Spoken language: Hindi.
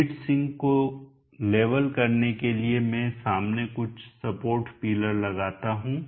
हीट सिंक को लेवल करने के लिए मैं सामने कुछ सपोर्ट पिलर लगाता हूं